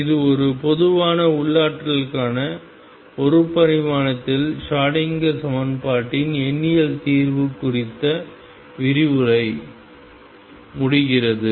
இது ஒரு பொதுவான உள்ளாற்றலுக்கான ஒரு பரிமாணத்தில் ஷ்ரோடிங்கர் சமன்பாட்டின் எண்ணியல் தீர்வு குறித்த விரிவுரையை முடிக்கிறது